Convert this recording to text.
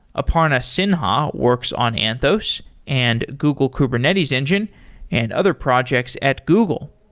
aparna sinha works on anthos and google kubernetes engine and other projects at google.